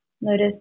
Notice